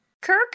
Kirk